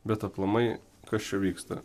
bet aplamai kas čia vyksta